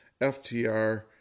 FTR